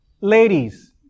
Ladies